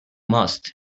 must